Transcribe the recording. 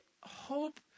hope